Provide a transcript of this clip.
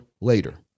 later